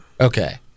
Okay